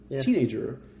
teenager